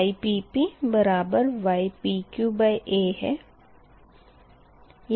Ypp बराबर ypqa है